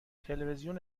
تلویزیون